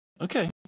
okay